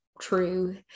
true